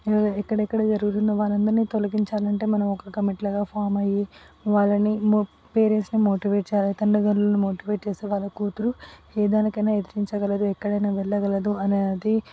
ఎక్కడెక్కడ జరుగుతుందో వారందరినీ తొలగించాలంటే మనం ఒక కమిట్ లాగా ఫామ్ అయ్యి వాళ్ళని మొ పేరెంట్స్ని మోటివేట్ చెయ్యాలి తల్లిదండ్రుల్ని మోటివేట్ చేస్తే వాళ్ళ కూతురు ఏదానికైనా ఎదిరించగలదు ఎక్కడైనా వెళ్ళగలదు అనేది